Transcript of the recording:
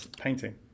painting